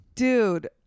Dude